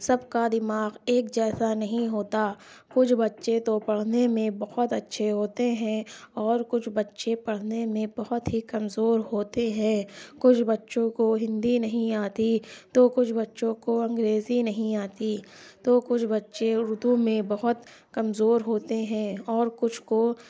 سب کا دماغ ایک جیسا نہیں ہوتا کچھ بچے تو پڑھنے میں بہت اچھے ہوتے ہیں اور کچھ بچے پڑھنے میں بہت ہی کمزور ہوتے ہیں کچھ بچوں کو ہندی نہیں آتی تو کچھ بچوں کو انگریزی نہیں آتی تو کچھ بچے اردو میں بہت کمزور ہوتے ہیں اور کچھ کو